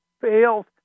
fails